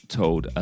told